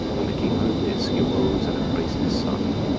when the king heard this, he arose and embraced his son,